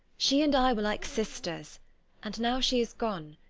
she and i were like sisters and now she is gone,